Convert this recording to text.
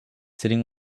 sitting